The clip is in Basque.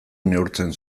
neurtzen